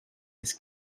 his